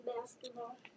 Basketball